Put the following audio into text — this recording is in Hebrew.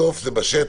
בסוף זה בשטח.